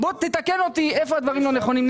תקן אותי ותאמר לי היכן הדברים לא נכונים.